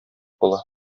була